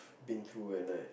been through and like